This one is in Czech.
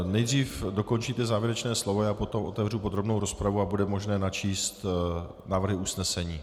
Nejdřív dokončíte závěrečné slovo a já potom otevřu podrobnou rozpravu a bude možné načíst návrhy usnesení.